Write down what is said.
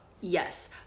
Yes